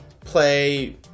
play